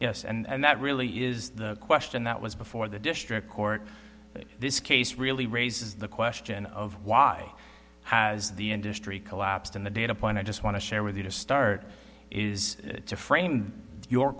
yes and that really is the question that was before the district court that this case really raises the question of why has the industry collapsed in the datapoint i just want to share with you to start is to frame your